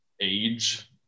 age